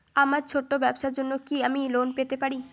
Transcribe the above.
আমার ছোট্ট ব্যাবসার জন্য কি আমি লোন পেতে পারি?